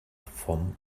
vom